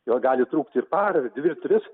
vėl gali trukti ir parą ir dvi ir tris